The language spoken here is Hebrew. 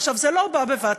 עכשיו, זה לא בא בבת-אחת.